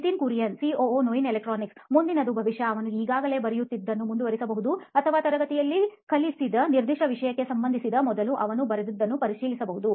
Nitin Kurian COO ನೋಯಿನ್ ಎಲೆಕ್ಟ್ರಾನಿಕ್ಸ್ಮುಂದಿನದು ಬಹುಶಃ ಅವನು ಈಗಾಗಲೇ ಬರೆಯುತ್ತಿರುವುದನ್ನು ಮುಂದುವರಿಸಬಹುದು ಅಥವಾ ತರಗತಿಯಲ್ಲಿ ಕಲಿಸಿದ ನಿರ್ದಿಷ್ಟ ವಿಷಯಕ್ಕೆ ಸಂಬಂಧಿಸಿದ ಮೊದಲು ಅವನು ಬರೆದದ್ದನ್ನು ಪರಿಶೀಲಿಸಬೇಕು